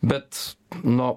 bet nu